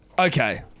Okay